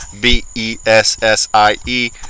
B-E-S-S-I-E